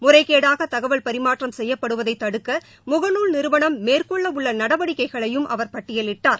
முறைகேடாக தகவல் பரிமாற்றம் செய்யப்படுவதை தடுக்க முகநூல் நிறுவனம் மேற்கொள்ள உள்ள நடவடிக்கைகளையும் அவர் பட்டியலிட்டார்